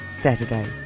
Saturday